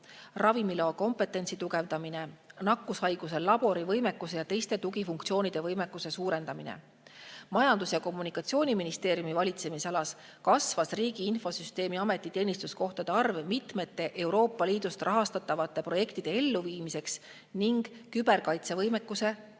ravimilao kompetentsi tugevdamine, nakkushaiguste labori võimekuse ja teiste tugifunktsioonide võimekuse suurendamine. Majandus‑ ja Kommunikatsiooniministeeriumi valitsemisalas kasvas Riigi Infosüsteemi Ameti teenistuskohtade arv mitmete Euroopa Liidu rahastatavate projektide elluviimiseks ning küberkaitsevõimekuse